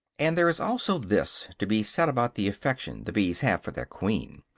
and there is also this to be said about the affection the bees have for their queen.